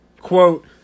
quote